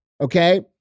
Okay